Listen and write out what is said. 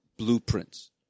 blueprints